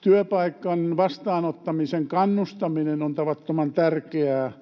Työpaikan vastaanottamiseen kannustaminen on tavattoman tärkeää.